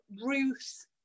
Ruth